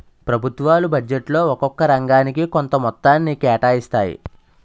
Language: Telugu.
ప్రభుత్వాలు బడ్జెట్లో ఒక్కొక్క రంగానికి కొంత మొత్తాన్ని కేటాయిస్తాయి